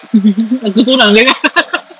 aku seorang jer